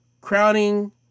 crowning